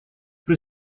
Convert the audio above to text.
при